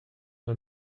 war